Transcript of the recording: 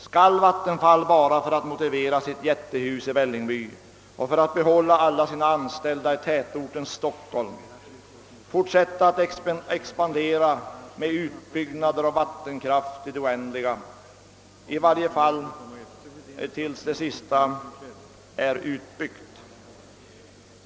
Skall Vattenfall bara för att motivera sitt jättehus i Vällingby och för att behålla alla sina anställda i tätorten Stockholm fortsätta att expandera i utbyggnader av vattenkraft i det oändliga tills varje vattenfall är utbyggt?